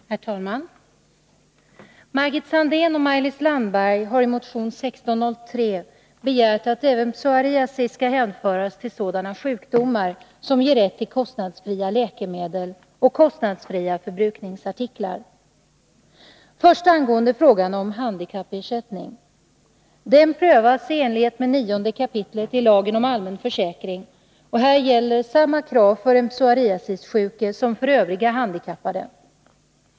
Herr talman! Margit Sandéhn och Maj-Lis Landberg har i motion 1603 begärt att även psoriasis skall hänföras till sådana sjukdomar som ger rätt till kostnadsfria läkemedel och kostnadsfria förbrukningsartiklar. Först några ord angående frågan om handikappersättning. Den prövas i enlighet med 9 kap. lagen om allmän försäkring. Här gäller samma krav för den psoriasissjuke som för övriga handikappade.